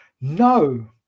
no